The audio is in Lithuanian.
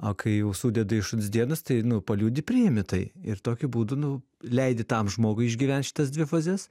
o kai jau sudeda iš šuns dienas tai nu paliūdi priėmi tai ir tokiu būdu nu leidi tam žmogui išgyvent šitas dvi fazes